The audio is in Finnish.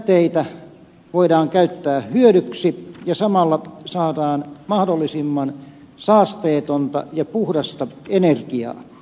jätteitä voidaan käyttää hyödyksi ja samalla saadaan mahdollisimman saasteetonta ja puhdasta energiaa